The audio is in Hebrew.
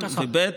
ו-2.